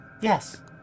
Yes